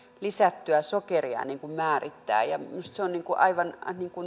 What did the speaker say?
lisättyä sokeria määrittää ja minusta se on aivan